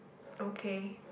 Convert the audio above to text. okay